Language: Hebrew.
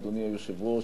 אדוני היושב-ראש,